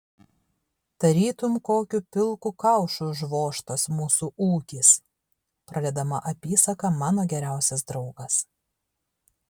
tarytum kokiu pilku kaušu užvožtas mūsų ūkis pradedama apysaka mano geriausias draugas